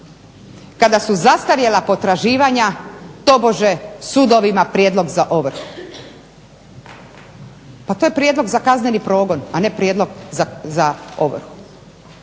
kada su zastarjela potraživanja tobože sudovima prijedlog za ovrhu. Pa to je prijedlog za kazneni progon a ne prijedlog za ovrhu.